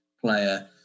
player